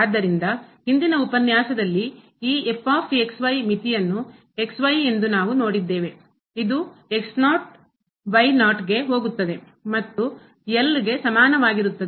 ಆದ್ದರಿಂದ ಹಿಂದಿನ ಉಪನ್ಯಾಸದಲ್ಲಿ ಈ ಮಿತಿಯನ್ನು ಎಂದು ನಾವು ನೋಡಿದ್ದೇವೆ ಇದು L ಗೆ ಸಮಾನವಾಗಿರುತ್ತದೆ